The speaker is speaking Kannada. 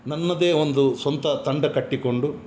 ನನ್ನದೇ ಒಂದು ಸ್ವಂತ ತಂಡ ಕಟ್ಟಿಕೊಂಡು